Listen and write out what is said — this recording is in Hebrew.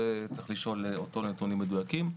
צריך לשאול אותו על הנתונים המדויקים.